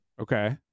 okay